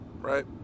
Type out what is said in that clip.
right